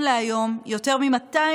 אפשר להעביר את החוק הזה.